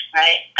right